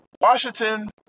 Washington